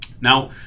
Now